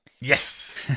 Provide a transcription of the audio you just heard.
Yes